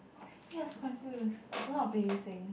wait I so confuse I forgot how to play this thing